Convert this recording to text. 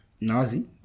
nazi